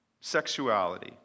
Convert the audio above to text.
sexuality